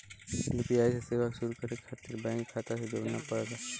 UPI सेवा शुरू करे खातिर बैंक खाता से जोड़ना पड़ला